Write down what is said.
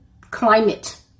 climate